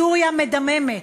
סוריה מדממת,